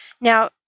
Now